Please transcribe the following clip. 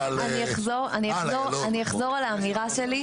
אני אחזור על האמירה שלי.